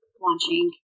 launching